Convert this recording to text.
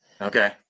Okay